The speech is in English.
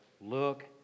Look